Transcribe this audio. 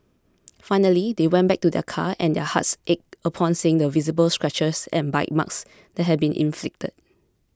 finally they went back to their car and their hearts ached upon seeing the visible scratches and bite marks that had been inflicted